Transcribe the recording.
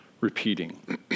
repeating